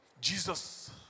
Jesus